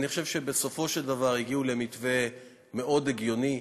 אני חושב שבסופו של דבר הגיעו למתווה מאוד הגיוני,